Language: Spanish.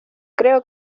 creo